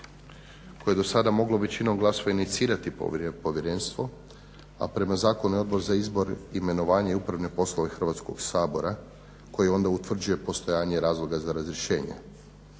koje je dosada moglo većinom glasova inicirati povjerenstvo a prema zakonu je Odbor za izbor, imenovanje i upravne poslove Hrvatskog sabora koje onda utvrđuje postojanje razloga za razrješenje.